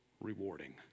rewarding